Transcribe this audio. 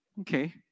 Okay